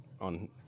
on